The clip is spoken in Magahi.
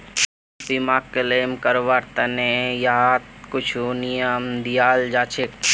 बीमाक क्लेम करवार त न यहात कुछु नियम दियाल जा छेक